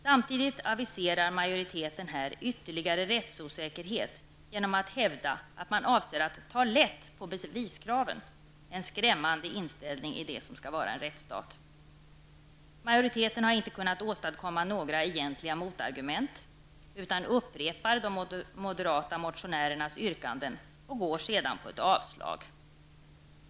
Samtidigt aviserar majoriteten här ytterligare rättsosäkerhet genom att hävda att man avser att ta lätt på beviskraven -- en skrämmande inställning i det som skall vara en rättsstat. Majoriteten har inte kunnat åstadkomma några egentliga motargument utan upprepar de moderata motionärernas yrkanden och går sedan på ett avslag.